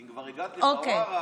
אם כבר הגעת לחווארה,